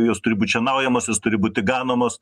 jos turi būt šienaujamos jos turi būti ganomos